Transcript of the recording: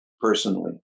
personally